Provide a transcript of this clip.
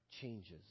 changes